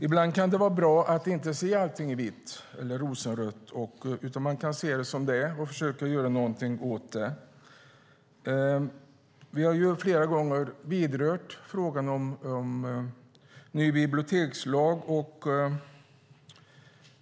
Ibland kan det vara bra att inte se allt i vitt eller rosenrött. Man kan se det som det är och försöka göra något åt det. Vi har flera gånger berört frågan om en ny bibliotekslag.